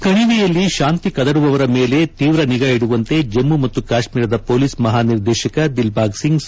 ಕಣಿವೆಯಲ್ಲಿ ಶಾಂತಿ ಕದಡುವವರ ಮೇಲೆ ತೀವ್ರ ನಿಗಾ ಇಡುವಂತೆ ಜಮ್ಮ ಮತ್ತು ಕಾಶ್ಮೀರದ ಪೊಲೀಸ್ ಮಹಾ ನಿರ್ದೇಶಕ ದಿಲ್ವಾಗ್ ಸಿಂಗ್ ಸೂಚಿಸಿದ್ದಾರೆ